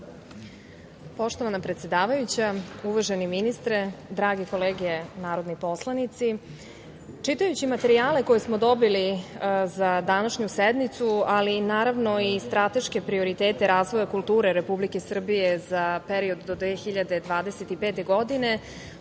Poštovana predsedavajuća, uvaženi ministre, drage kolege narodni poslanici, čitajući materijale koje smo dobili za današnju sednicu, ali i naravno strateške prioritete razvoja kulture Republike Srbije za period do 2025. godine,